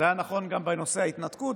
זה היה נכון גם בנושא ההתנתקות,